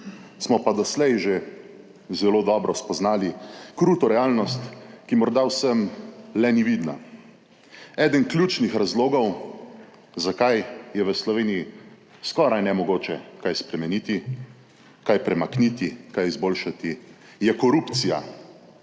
smo pa doslej že zelo dobro spoznali kruto realnost, ki morda vsem le ni vidna. Eden ključnih razlogov, zakaj je v Sloveniji skoraj nemogoče kaj spremeniti, kaj premakniti, kaj izboljšati je korupcija,